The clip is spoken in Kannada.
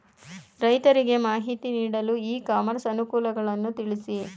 ರೈತರಿಗೆ ಮಾಹಿತಿ ನೀಡಲು ಇ ಕಾಮರ್ಸ್ ಅನುಕೂಲಗಳನ್ನು ತಿಳಿಸಿ?